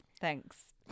Thanks